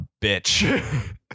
bitch